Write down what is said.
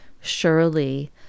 surely